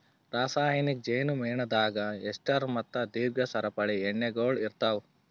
ರಾಸಾಯನಿಕ್ ಜೇನು ಮೇಣದಾಗ್ ಎಸ್ಟರ್ ಮತ್ತ ದೀರ್ಘ ಸರಪಳಿ ಎಣ್ಣೆಗೊಳ್ ಇರ್ತಾವ್